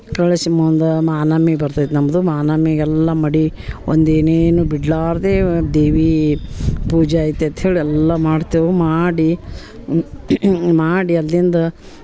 ಕಳಿಸಿ ಮುಂದೆ ಮಹಾನವಮಿ ಬರ್ತೈತೆ ನಮ್ಮದು ಮಾನವಮಿಗೆ ಎಲ್ಲ ಮಡಿ ಒಂದು ಏನೇನೂ ಬಿಡಲಾರ್ದೆ ದೇವಿ ಪೂಜೆ ಐತೆ ಅಂತ್ಹೇಳಿ ಎಲ್ಲ ಮಾಡ್ತೇವೆ ಮಾಡಿ ಮಾಡಿ ಅಲ್ಲಿಂದ